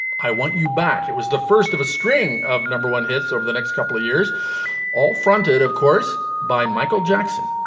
i want you back. it was the first of a string of number one hits over the next couple of years all fronted of course by michael jackson.